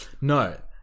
No